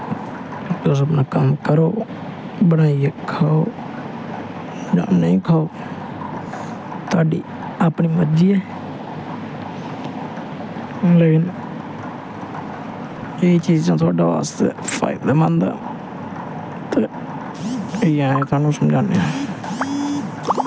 तुस अपना कम्म करो बनाइयै खाओ नेईं खाओ थुआढ़ी अपनी मर्जी ऐ लेकिन ओह् एह् चीजां थुआढे बास्तै फायदेमंद न ते इ'यै तुहानूं समझान्ने आं